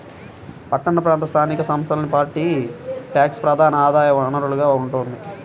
పట్టణ ప్రాంత స్థానిక సంస్థలకి ప్రాపర్టీ ట్యాక్సే ప్రధాన ఆదాయ వనరుగా ఉంటోంది